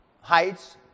heights